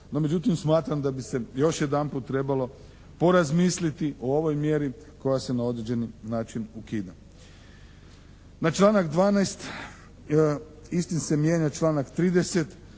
No međutim, smatram da bi se još jedanput trebalo porazmisliti o ovoj mjeri koja se na određeni način ukida. Na članak 12. istim se mijenja članak 30.